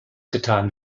getan